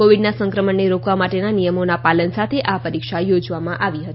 કોવીડના સંક્રમણને રોકવા માટેના નિયમોના પાલન સાથે આ પરીક્ષા યોજવામાં આવી હતી